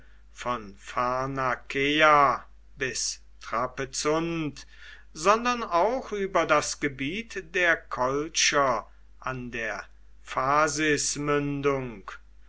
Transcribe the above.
von pharnakeia bis trapezunt sondern auch über das gebiet der kolcher an der